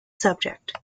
subject